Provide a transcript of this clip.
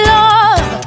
love